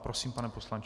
Prosím, pane poslanče.